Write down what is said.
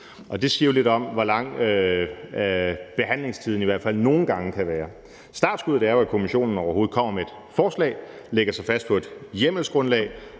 Det siger jo lidt om, hvor lang behandlingstiden i hvert fald nogle gange kan være. Startskuddet er jo, at Kommissionen kommer med et forslag og så lægger sig fast på et hjemmelsgrundlag,